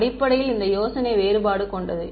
அடிப்படையில் இந்த யோசனை வேறுபாடு கொண்டது